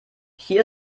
hier